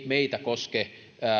meitä eivät koske